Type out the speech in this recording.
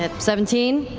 ah seventeen?